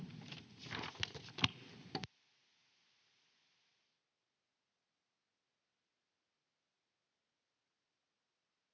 Kiitos.